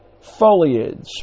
foliage